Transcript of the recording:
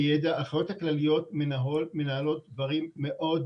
בבית החולים יש אחות כללית שעובדת 24/7 מהשעה